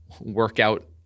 workout